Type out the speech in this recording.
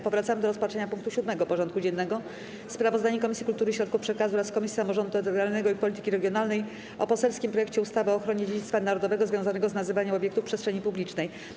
Powracamy do rozpatrzenia punktu 7. porządku dziennego: Sprawozdanie Komisji Kultury i Środków Przekazu oraz Komisji Samorządu Terytorialnego i Polityki Regionalnej o poselskim projekcie ustawy o ochronie dziedzictwa narodowego związanego z nazywaniem obiektów przestrzeni publicznej.